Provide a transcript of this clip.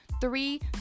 three